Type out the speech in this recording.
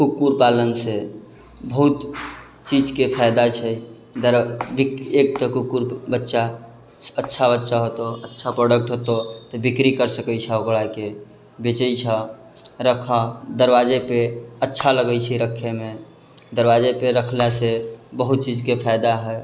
कुक्कुर पालनसँ बहुत चीजके फायदा छै एक तऽ कुक्कुर बच्चा अच्छा बच्चा होतऽ अच्छा प्रोडक्ट होतऽ तऽ बिक्री कर सकै छऽ ओकराके बेचै छऽ रख दरवाजेपर अच्छा लगै छै रखैमे दरवाजेपर रखलासँ बहुत चीजके फायदा है